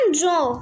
draw